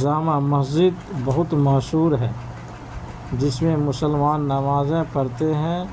جامع مسجد بہت مشہور ہے جس میں مسلمان نمازیں پڑھتے ہیں